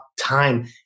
time